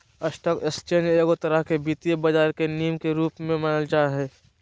stock exchange एगो तरह से वित्तीय बाजार के नींव के रूप मे मानल जा हय